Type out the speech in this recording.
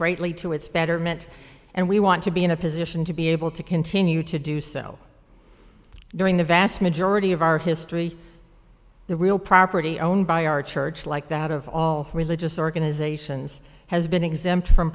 greatly to its betterment and we want to be in a position to be able to continue to do so during the vast majority of our history the real property owned by our church like that of all religious organizations has been exempt from